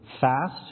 fast